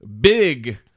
big